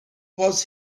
was